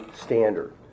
standard